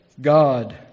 god